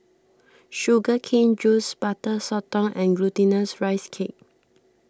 Sugar Cane Juice Butter Sotong and Glutinous Rice Cake